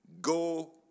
Go